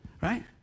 Right